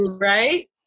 Right